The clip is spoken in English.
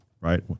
right